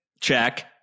Check